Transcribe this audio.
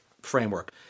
framework